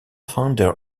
founder